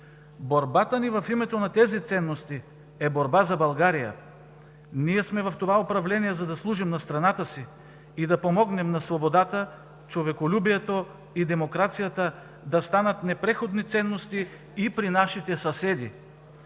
Борбата ни в името на тези ценности е борба за България. Ние сме в това управление, за да служим на страната си и да помогнем на свободата, човеколюбието и демокрацията да станат непреходни ценности и при нашите съседи.